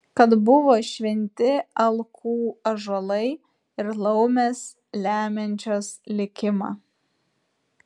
kad buvo šventi alkų ąžuolai ir laumės lemiančios likimą